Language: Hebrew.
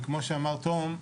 וכמו שאמר תום,